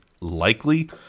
likely